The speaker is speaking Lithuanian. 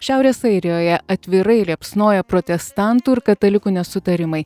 šiaurės airijoje atvirai liepsnoja protestantų ir katalikų nesutarimai